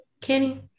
Kenny